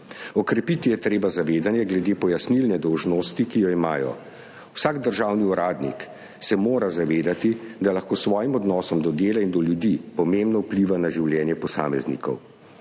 Okrepiti je treba zavedanje glede pojasnilne dolžnosti, ki jo imajo. Vsak državni uradnik se mora zavedati, da lahko s svojim odnosom do dela in do ljudi pomembno vpliva na življenje posameznikov.